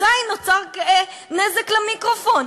אזי נגרם נזק למיקרופון.